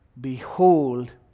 Behold